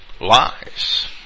lies